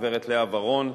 הגברת לאה ורון,